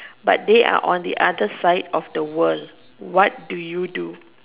but they are on the another side of the world what do you do